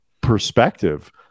perspective